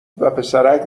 وپسرک